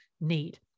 need